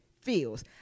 feels